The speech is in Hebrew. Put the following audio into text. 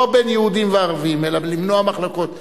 לא בין יהודים לערבים, אלא למנוע מחלוקות.